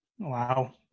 Wow